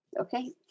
Okay